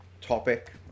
topic